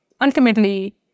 ultimately